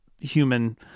human